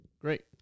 Great